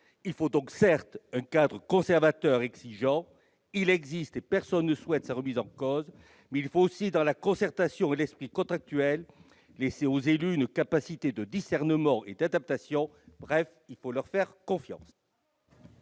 Il faut donc, certes, un cadre conservateur et exigeant : il existe, et personne ne souhaite sa remise en cause. Mais il faut aussi, dans la concertation et dans un esprit contractuel, laisser aux élus une capacité de discernement et d'adaptation. Bref, il faut leur faire confiance